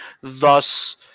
thus